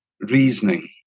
reasoning